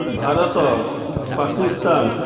Bharat Pakistan